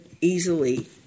easily